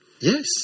Yes